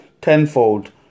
Tenfold